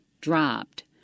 dropped